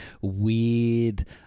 weird